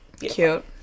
Cute